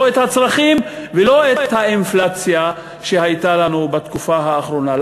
לא את הצרכים ולא את האינפלציה שהייתה לנו בתקופה האחרונה.